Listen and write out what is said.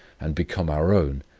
and become our own,